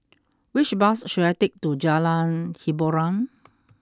which bus should I take to Jalan Hiboran